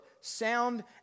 sound